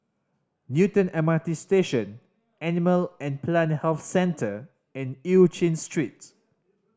Newton M R T Station Animal and Plant Health Centre and Eu Chin Street